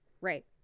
Right